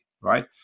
right